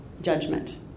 judgment